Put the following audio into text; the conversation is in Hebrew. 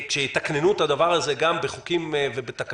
וכשיתקננו את הדבר הזה גם בחוקים ובתקנות,